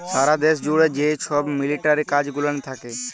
সারা দ্যাশ জ্যুড়ে যে ছব মিলিটারি কাজ গুলান থ্যাকে